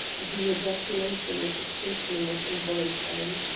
the ejaculation which escaped me was involuntary.